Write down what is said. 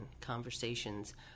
conversations